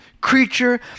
creature